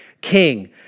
king